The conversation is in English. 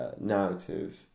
narrative